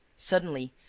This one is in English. suddenly,